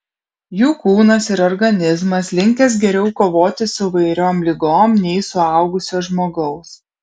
jų kūnas ir organizmas linkęs geriau kovoti su įvairiom ligom nei suaugusio žmogaus